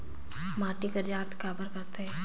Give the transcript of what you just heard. माटी कर जांच काबर करथे?